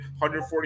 140